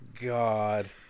God